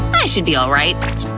i should be alright.